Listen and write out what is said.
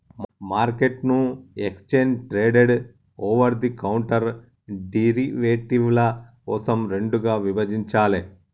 మార్కెట్ను exchange traded, over the counter డెరివేటివ్ల కోసం రెండుగా విభజించాలే